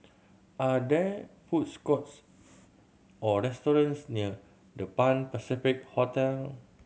are there foods courts or restaurants near The Pan Pacific Hotel